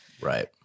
Right